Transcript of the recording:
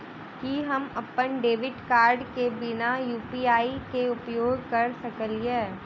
की हम अप्पन debit card केँ बिना यु.पी.आई केँ उपयोग करऽ सकलिये?